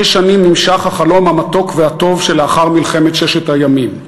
שש שנים נמשך החלום המתוק והטוב שלאחר מלחמת ששת הימים.